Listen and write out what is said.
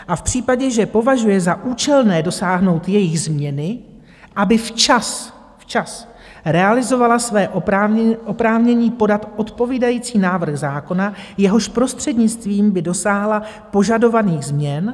A v případě, že považuje za účelné dosáhnout jejich změny, aby včas, včas realizovala své oprávnění podat odpovídající návrh zákona, jehož prostřednictvím by dosáhla požadovaných změn.